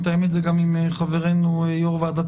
ואז נתאם את זה גם עם חברנו יושב ראש ועדת